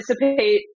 participate